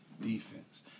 defense